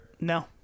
No